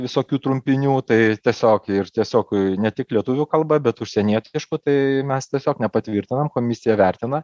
visokių trumpinių tai tiesiog ir tiesiog ne tik lietuvių kalba bet užsienietiškų tai mes tiesiog nepatvirtinam komisija vertina